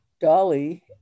dolly